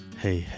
hey